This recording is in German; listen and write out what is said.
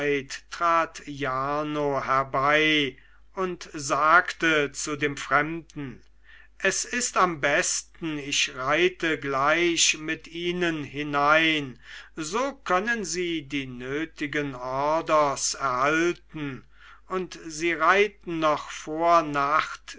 herbei und sagte zu dem fremden es ist am besten ich reite gleich mit ihnen hinein so können sie die nötigen ordres erhalten und sie reiten noch vor nacht